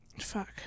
fuck